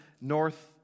north